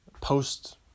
post